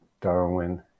Darwin